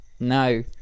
No